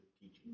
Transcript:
teaching